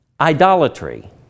idolatry